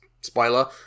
Spoiler